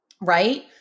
right